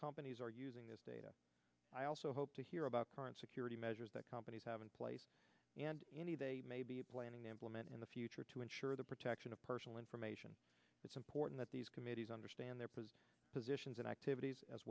companies are using this data i also hope to hear about current security measures that companies have in place and any they may be planning to implement in the future to ensure the protection of personal information it's important that these committees understand their position positions and activities as